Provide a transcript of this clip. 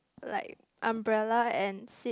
like umbrella and seat